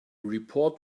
report